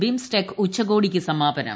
BIMSTEC ഉച്ചകോടിക്ക് സമാപനം